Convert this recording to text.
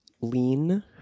lean